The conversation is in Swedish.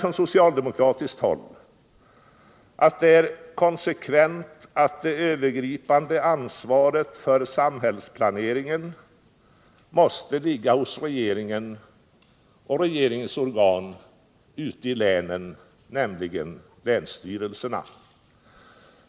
På socialdemokratiskt håll menar vi att det är konsekvent att det övergripande ansvaret för samhällsplaneringen ligger hos regeringen och regeringens organ ute i länen, nämligen länsstyrelserna.